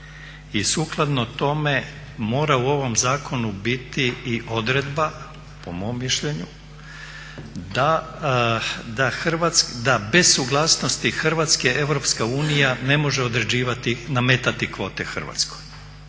i sukladno tome mora u ovom zakonu biti i odredba po mom mišljenju da bez suglasnosti Hrvatske EU ne može određivati, nametati kvote Hrvatskoj